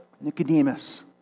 Nicodemus